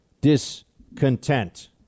discontent